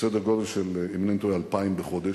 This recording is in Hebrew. בסדר-גודל של, אם אינני טועה, 2,000 בחודש.